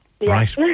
Right